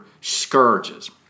scourges